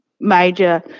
major